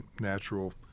natural